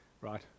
right